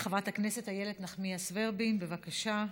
חברת הכנסת איילת נחמיאס ורבין, בבקשה.